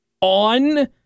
On